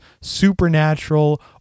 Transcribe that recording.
supernatural